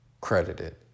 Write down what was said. credited